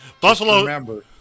Buffalo